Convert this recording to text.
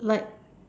like